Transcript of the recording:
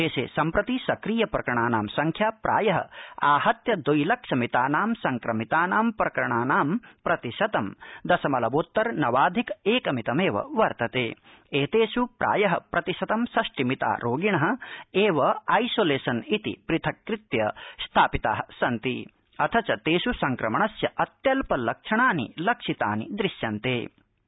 देशे सम्प्रति सक्रिय प्रकरणानां संख्या प्रायः आहत्य द्वि लक्ष मितानां संक्रमितानां प्रकरणानां प्रतिशतं दशमलवोत्तर नवाधिक एक मितमवि वर्त्तते एतेष् प्रायः प्रतिशतं षष्टि मिता रोगिण एव आइसोलेशन इति पृथक्कृत्य स्थापिता सन्ति अथ च तेष् संक्रमणस्य अत्यल्प लक्षणानि सन्द्रश्यमानानि सन्ति